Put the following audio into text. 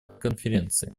конференции